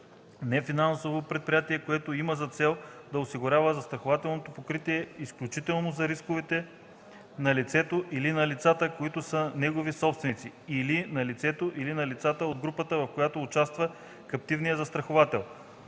нефинансово предприятие, който има за цел да осигурява застрахователно покритие изключително за рисковете на лицето или на лицата, които са негови собственици, или на лицето или на лицата от групата, в която участва каптивният застраховател.